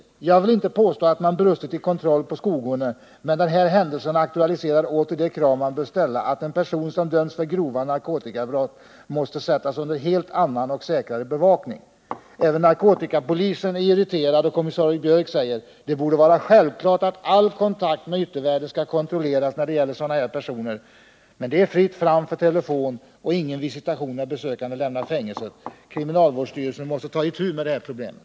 Jag vill inte påstå att man brustit i kontroll på Skogome, men den här händelsen aktualiserar åter de krav man bör ställa, att en person som dömts för grova narkotikabrott måste sättas under helt annan och säkrare bevakning.” Även narkotikapolisen är irriterad och kommissarie Björck säger: ”Det borde vara en självklarhet att all kontakt med yttervärlden skulle kontrolleras när det gäller sådana här personer. Men det är fritt fram för telefon och ingen visitation när besökande lämnar fängelset. Kriminalvårdsstyrelsen måste ta itu med det här problemet.”